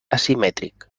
asimètric